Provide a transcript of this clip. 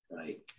Right